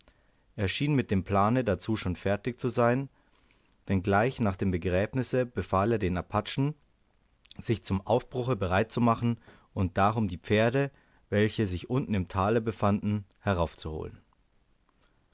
schien mit dem plane dazu schon fertig zu sein denn gleich nach dem begräbnisse befahl er den apachen sich zum aufbruche bereit zu machen und darum die pferde welche sich unten im tale befanden heraufzuholen